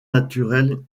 naturelle